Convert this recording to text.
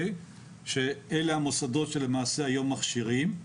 ואלה המוסדות שמכשירים היום,